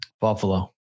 Buffalo